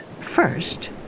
first